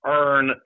earn